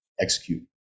execute